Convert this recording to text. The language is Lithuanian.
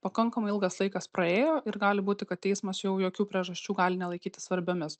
pakankamai ilgas laikas praėjo ir gali būti kad teismas jau jokių priežasčių gali nelaikyti svarbiomis